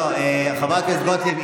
חברת הכנסת גוטליב,